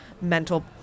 mental